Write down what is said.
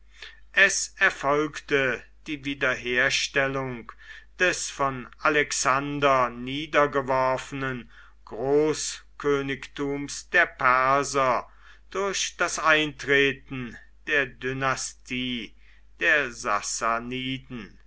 es erfolgte die wiederherstellung des von alexander niedergeworfenen großkönigtums der perser durch das eintreten der dynastie der